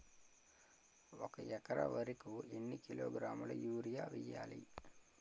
ఒక ఎకర వరి కు ఎన్ని కిలోగ్రాముల యూరియా వెయ్యాలి?